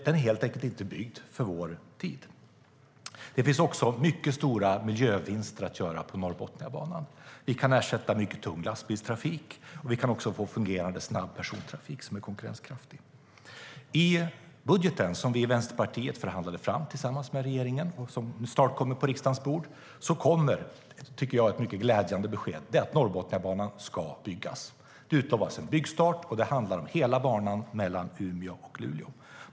Den är helt enkelt inte byggd för vår tid. Det finns också mycket stora miljövinster att göra på Norrbotniabanan. Vi kan ersätta mycket tung lastbilstrafik, och vi kan också få fungerande snabb persontrafik som är konkurrenskraftig.I den budget som vi i Vänsterpartiet förhandlade fram tillsammans med regeringen och som snart kommer på riksdagens bord kommer ett besked som jag tycker är mycket glädjande, nämligen att Norrbotniabanan ska byggas. Det utlovas en byggstart, och det handlar om hela banan mellan Umeå och Luleå.